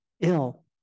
ill